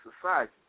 society